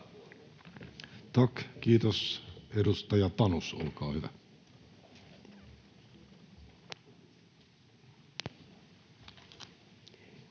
kiitos.